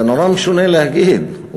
זה נורא משונה להגיד,